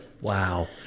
wow